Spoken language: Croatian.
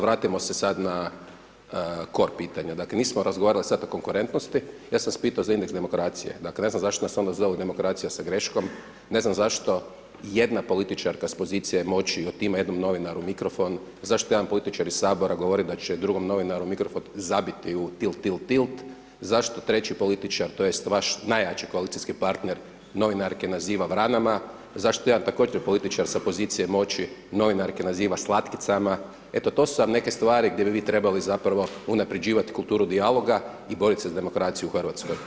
Vratimo se sad na kor pitanja, dakle, nismo razgovarali sada o konkurentnosti, ja sam vas pitao za indeks demokracije, dakle, ne znam zašto nas onda zovu demokracija sa greškom, ne znam zašto jedna političarka s pozicije moći, otima jednom novinaru mikrofon, zašto jedan političar iz Sabora govori da će drugom novinaru mikrofon zabiti u til til tilt, zašto treći političar tj. vaš najjači koalicijski partner novinarke naziva vranama, zašto jedan također političar sa pozicije moći novinarke naziva slatkicama, eto, to su vam neke stvari gdje bi vi trebali zapravo unapređivati kulturu dijaloga i boriti se za demokraciju u RH.